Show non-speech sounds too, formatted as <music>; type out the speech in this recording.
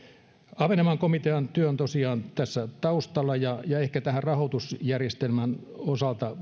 ahvenanmaan komitean työ on tosiaan tässä taustalla ja ja ehkä tämän rahoitusjärjestelmän osalta <unintelligible>